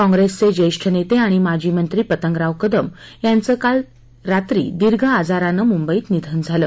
काँप्रेसचे ज्येष्ठ नेते अणि माजी मंत्री पंतगराव कदम यांचं काल रात्री दीर्घ आजारानं मुंबईत निधन झालं